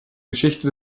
geschichte